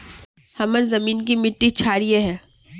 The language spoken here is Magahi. हमार जमीन की मिट्टी क्षारीय है?